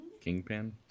Kingpin